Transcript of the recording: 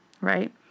Right